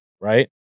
right